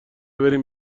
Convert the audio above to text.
بریم